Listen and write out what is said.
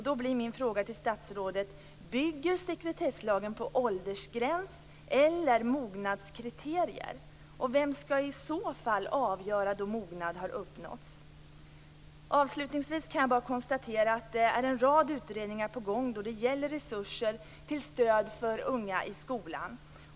Då blir min fråga till statsrådet: Bygger sekretesslagen på åldersgräns eller mognadskriterier? Vem skall i så fall avgöra då mognad har uppnåtts? Avslutningsvis kan jag bara konstatera att det är en rad utredningar på gång då det gäller resurser till stöd för unga i skolan.